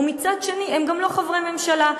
ומצד שני הם גם לא חברי ממשלה.